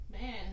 Man